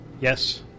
Yes